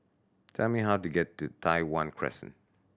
please tell me how to get to Tai Hwan Crescent